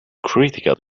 critical